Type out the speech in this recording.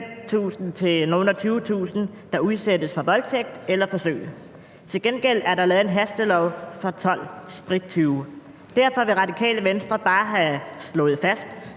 og nogle og tyvetusinde, der udsættes for voldtægt eller forsøg. Til gengæld er der lavet en hastelov for 12 sprittyve. Derfor vil Radikale Venstre bare have slået fast: